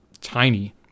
tiny